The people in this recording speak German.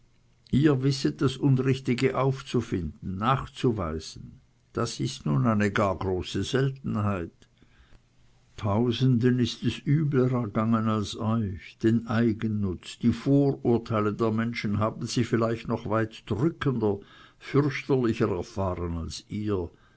ihr wisset das unrichtige aufzufinden nachzuweisen das ist nun eine gar große seltenheit tausenden ist es übler ergangen als euch eigennutz die vorurteile der menschen haben sie vielleicht noch weit drückender fürchterlicher erfahren als ihr